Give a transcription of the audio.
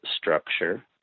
structure